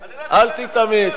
לא, אני לא מסנגר על, אל תתאמץ.